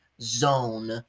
zone